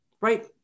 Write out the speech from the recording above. right